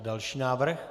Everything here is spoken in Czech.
Další návrh?